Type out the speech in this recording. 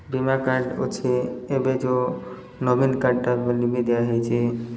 ବୀମା କାର୍ଡ଼୍ ଅଛି ଏବେ ଯେଉଁ ନବୀନ କାର୍ଡ଼୍ଟା ବୋଲି ବି ଦିଆହୋଇଛି